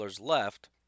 left